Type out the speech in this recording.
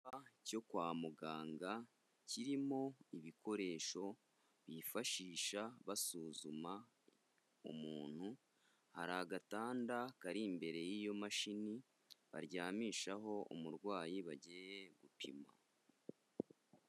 Icyumba cyo kwa muganga kirimo ibikoresho bifashisha basuzuma umuntu, hari agatanda kari imbere y'iyo mashini baryamishaho umurwayi bagiye gupima.